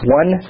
one